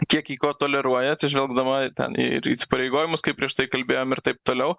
kiek ji ko toleruoja atsižvelgdama ten ir į įsipareigojimus kaip prieš tai kalbėjom ir taip toliau